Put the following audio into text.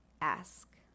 ask